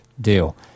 deal